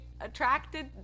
attracted